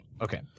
okay